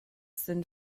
sind